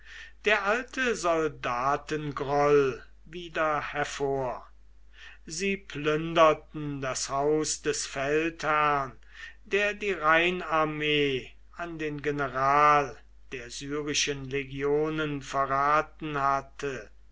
der alte soldatengroll wieder hervor sie plünderten das haus des feldherrn der die rheinarmee an den general der syrischen legionen verraten hatte